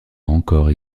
encore